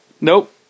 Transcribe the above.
Nope